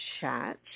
chat